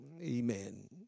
Amen